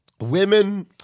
women